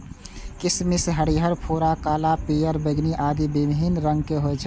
किशमिश हरियर, भूरा, काला, पीयर, बैंगनी आदि विभिन्न रंगक होइ छै